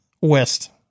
west